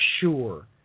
sure